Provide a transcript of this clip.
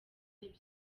ibyaha